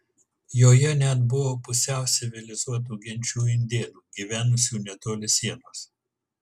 joje net buvo pusiau civilizuotų genčių indėnų gyvenusių netoli sienos